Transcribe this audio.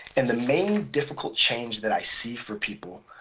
and the main difficult change that i see for people